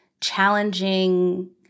challenging